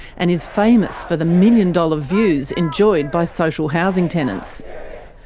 and is famous for the million-dollar views enjoyed by social housing tenants.